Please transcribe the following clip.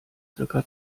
circa